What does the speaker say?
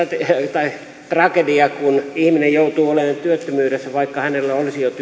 henkilökohtainen tragedia kun ihminen joutuu olemaan työttömyydessä vaikka hänellä olisi